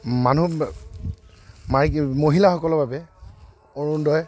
মানুহ মাইকী মহিলাসকলৰ বাবে অৰুণোদয়